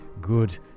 good